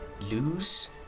lose